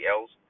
else